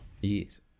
Yes